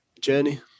journey